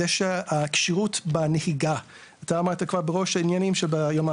זה הכשירות בנהיגה, אתה אמרת ביום העצמאות